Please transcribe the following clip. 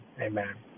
Amen